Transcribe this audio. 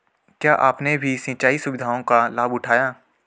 क्या आपने भी सिंचाई सुविधाओं का लाभ उठाया